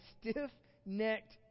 stiff-necked